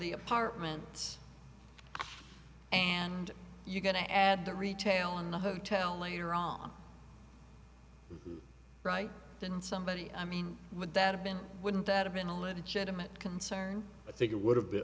the apartments and you're going to add the retail in the hotel later on right and somebody i mean would that have been wouldn't that have been a legitimate concern i think it would have been